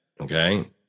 Okay